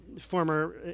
former